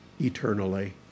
eternally